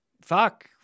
Fuck